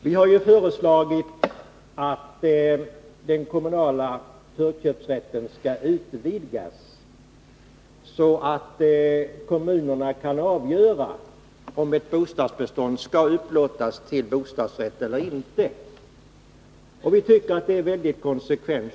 Vi har föreslagit att den kommunala förköpsrätten skall utvidgas så att kommunerna kan avgöra om ett bostadsbestånd skall upplåtas till bostadsrätt eller inte. Vi tycker det är mycket konsekvent.